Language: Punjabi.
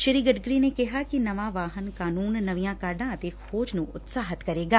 ਸ੍ਰੀ ਗਡਕਰੀ ਨੇ ਕਿਹਾ ਕਿ ਨਵਾਂ ਵਾਹਨ ਕਾਨੂੰਨ ਨਵੀਆਂ ਕਾਢਾਂ ਅਤੇ ਖੋਜ ਨੂੰ ਉਤਸ਼ਾਹਿਤ ਕਰੇਗਾ